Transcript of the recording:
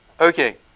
Okay